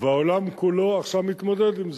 והעולם כולו עכשיו מתמודד עם זה.